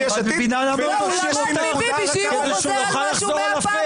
הוא כמו ביבי שחושב שאם הוא חוזר על שקר שהוא אומר,